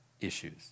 issues